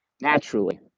Naturally